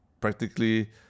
practically